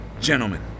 Gentlemen